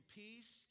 peace